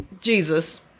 Jesus